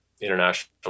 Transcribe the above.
international